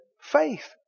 faith